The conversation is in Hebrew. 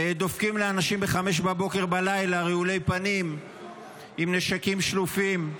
דופקים לאנשים בחמש בבוקר רעולי פנים עם נשקים שלופים.